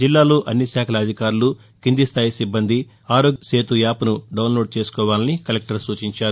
జిల్లాలో అన్ని శాఖల అధికారులు కింది స్వాయి సిబ్బంది ఆరోగ్య సేతు యాప్ను డౌన్లోడ్ చేసుకోవాలని కలెక్టర్ సూచించారు